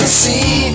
see